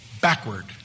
backward